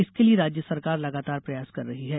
इसके लिए राज्य सरकार लगातार प्रयास कर रही है